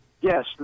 yes